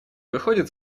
выходит